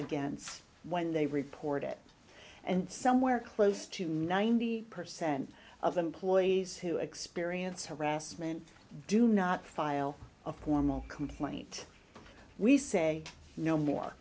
against when they report it and somewhere close to ninety percent of them ploys who experience harassment do not file a formal complaint we say no more